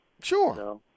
Sure